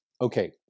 okay